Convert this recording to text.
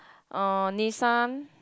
uh Nissan